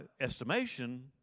estimation